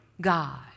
God